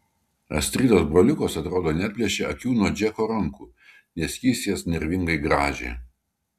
astridos broliukas atrodo neatplėšė akių nuo džeko rankų nes jis jas nervingai grąžė